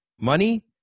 money